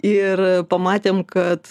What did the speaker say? ir pamatėm kad